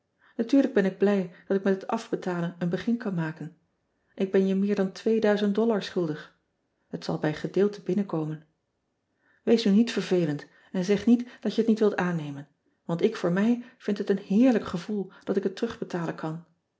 atuurlijk ben ik blij dat ik met het afbetalen een be in ean ebster adertje angbeen kan maken k ben je meer dan schuldig et zal bij gedeelten binnenkomen ees nu niet vervelend en zeg niet dat je het niet wilt aannemen want ik voor mij vied het een heerlijk gevoel dat ik het terugbetalen kan